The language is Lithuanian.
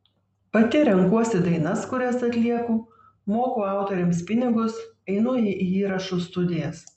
pati renkuosi dainas kurias atlieku moku autoriams pinigus einu į įrašų studijas